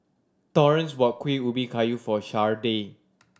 Torrence bought Kuih Ubi Kayu for Sharday